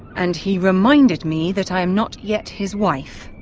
and he reminded me that i am not yet his wife.